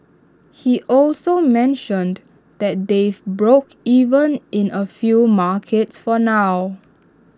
he also mentioned that they've broke even in A few markets for now